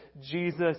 Jesus